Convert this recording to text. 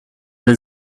then